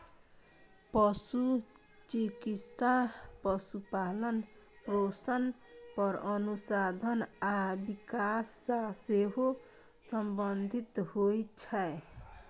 पशु चिकित्सा पशुपालन, पोषण पर अनुसंधान आ विकास सं सेहो संबंधित होइ छै